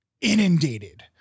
inundated